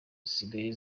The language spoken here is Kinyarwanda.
zisigaye